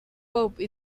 pope